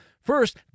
First